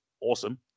awesome